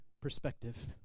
perspective